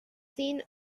seen